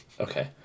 Okay